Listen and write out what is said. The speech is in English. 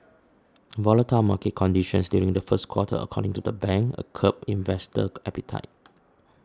volatile market conditions during the first quarter according to the bank a curbed investor appetite